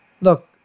look